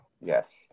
yes